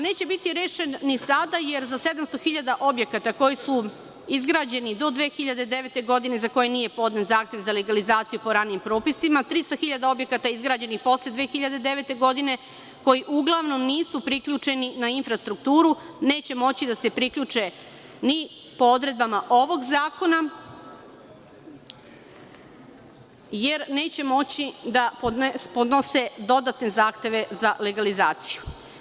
Neće biti rešen ni sada, jer za 700.000 objekata koji su izgrađeni do 2009. godine, za koje nije podnet zahtev za legalizaciju po ranijim propisima, 300.000 objekata izgrađenih posle 2009. godine, koji uglavnom nisu priključeni na infrastrukturu, neće moći da se priključe ni po odredbama ovog zakona jer neće moći da podnose dodatne zahteve za legalizaciju.